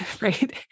Right